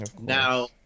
Now